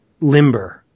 limber